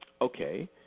Okay